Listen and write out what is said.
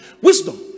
Wisdom